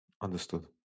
Understood